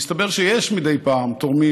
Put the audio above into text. מסתבר שיש מדי פעם תורמים,